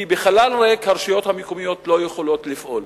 כי בחלל ריק הרשויות המקומיות לא יכולות לפעול.